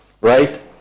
right